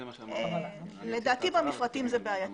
לדעתי במפרטים זה בעייתי.